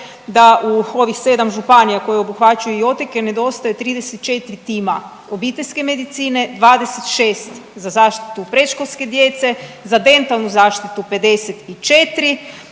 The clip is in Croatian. da u ovih 7 županija koje obuhvaćaju i otoke nedostaje 34 tima obiteljske medicine, 26 za zaštitu predškolske djece, za dentalnu zaštitu 54,